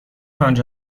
آنجا